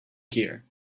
here